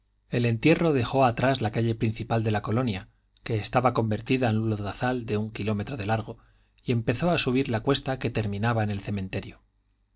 el entierro dejó atrás la calle principal de la colonia que estaba convertida en un lodazal de un kilómetro de largo y empezó a subir la cuesta que terminaba en el cementerio